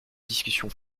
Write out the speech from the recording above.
discussions